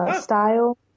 style